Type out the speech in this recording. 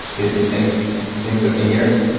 you think you think fifteen years?